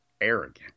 arrogant